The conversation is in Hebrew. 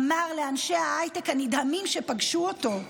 אמר לאנשי ההייטק הנדהמים שפגשו אותו: